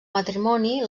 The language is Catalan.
matrimoni